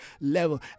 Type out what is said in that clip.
level